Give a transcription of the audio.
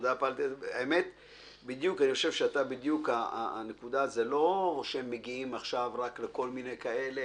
אני חושב שזה שהם מגיעים עכשיו לכל מיני כאלה